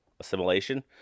assimilation